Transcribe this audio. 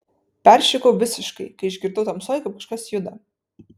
peršikau visiškai kai išgirdau tamsoj kaip kažkas juda